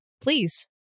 Please